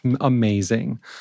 amazing